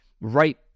right